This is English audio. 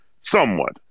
Somewhat